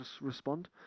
respond